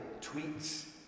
tweets